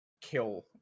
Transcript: kill